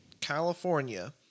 California